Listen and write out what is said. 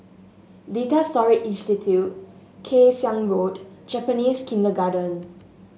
Data Storage Institute Kay Siang Road Japanese Kindergarten